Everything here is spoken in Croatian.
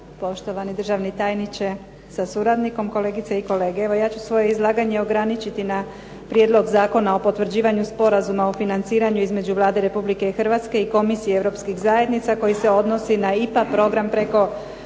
poštovani državni tajniče sa suradnikom, kolegice i kolege. Evo ja ću svoje izlaganje ograničiti na Prijedlog Zakona o potvrđivanju Sporazuma o financiranju između Vlade Republike Hrvatske i Komisije europskih zajednica koji se odnosi na IPŽA program preko